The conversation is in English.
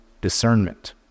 discernment